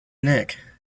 nick